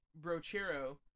Brochero